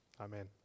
Amen